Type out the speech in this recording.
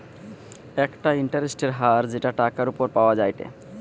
একটা ইন্টারেস্টের হার যেটা টাকার উপর পাওয়া যায়টে